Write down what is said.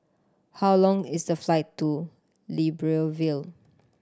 how long is the flight to Libreville